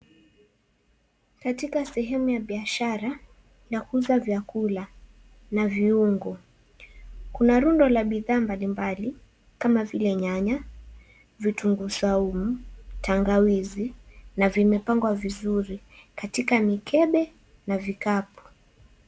Katika sehemu ya biashara na kuuza vyakula na viungo, kuna rundo la bidhaa mbalimbali kama vile nyanya, vitunguu saumu, tangawizi na vimepangwa vizuri katika mikebe na vikapu.